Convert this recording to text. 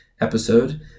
episode